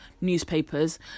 newspapers